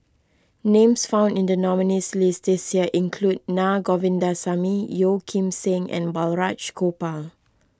names found in the nominees' list this year include Naa Govindasamy Yeo Kim Seng and Balraj Gopal